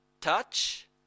Touch